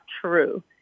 true